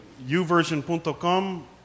uversion.com